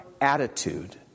attitude